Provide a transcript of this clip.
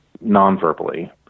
non-verbally